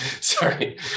Sorry